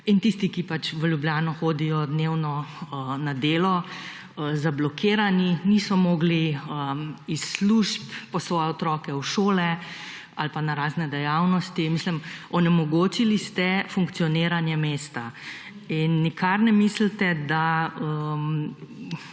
in tisti, ki pač v Ljubljano hodijo dnevno na delo, zablokirani, niso mogli iz služb, po svoje otroke v šole ali pa na razne dejavnosti. Mislim, onemogočili ste funkcioniranje mesta. In nikar ne mislite, da